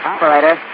Operator